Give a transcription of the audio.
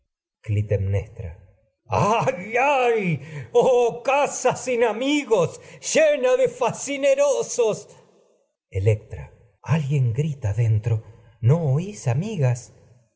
ay oh casa sin amigos lle na facinerosos electra alguien grita dentro no oís amigas